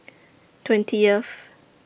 twentieth